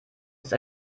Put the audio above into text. ist